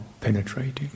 penetrating